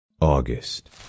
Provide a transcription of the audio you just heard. August